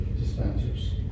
dispensers